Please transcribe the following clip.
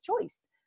choice